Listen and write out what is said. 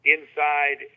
Inside